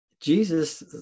Jesus